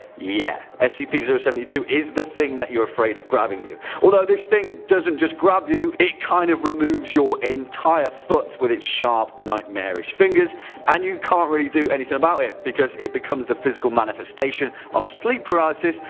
yeah scp so seventy two is the thing that you're afraid of grabbing you. although this thing doesn't just grab you. it kind of removes your entire foot with it's sharp, nightmarish fingers and you can't really do anything about it because it becomes the physical manifestation of sleep paralysis,